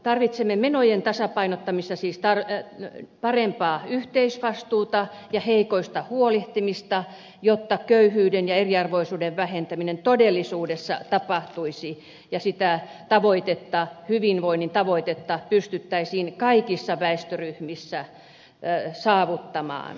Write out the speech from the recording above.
tarvitsemme menojen tasapainottamista siis parempaa yhteisvastuuta ja heikoista huolehtimista jotta köyhyyden ja eriarvoisuuden vähentäminen todellisuudessa tapahtuisi ja sitä hyvinvoinnin tavoitetta pystyttäisiin kaikissa väestöryhmissä saavuttamaan